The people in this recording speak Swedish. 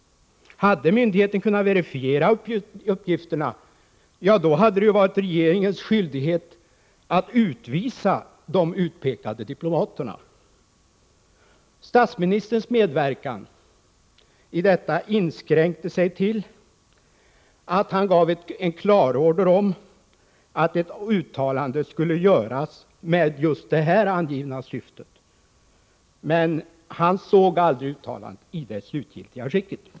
Hade myndigheten kunnat verifiera uppgifterna hade det varit regeringens skyldighet att utvisa de utpekade diplomaterna. Statsministerns medverkan i detta inskränkte sig till att han gav en klarorder om att ett uttalande skulle göras med just det angivna syftet. Men han såg aldrig uttalandet i dess slutgiltiga skick.